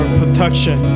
protection